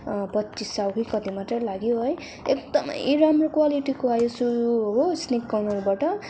पच्चिस सय कि कति मात्र लाग्यो एकदमै राम्रो क्वालिटीको आयो सु हो स्लिक कर्नरबाट